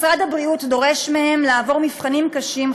משרד הבריאות דורש מהם לעבור מבחנים קשים,